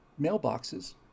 mailboxes